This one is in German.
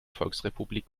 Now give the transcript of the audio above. volksrepublik